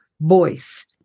voice